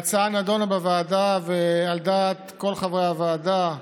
ההצעה נדונה בוועדה ועל דעת כל חברי הוועדה,